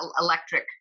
electric